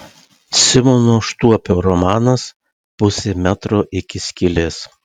simono štuopio romanas pusė metro iki skylės